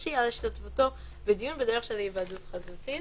ממשי על השתתפותו בדיון בדרך של היוועדות חזותית.